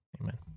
Amen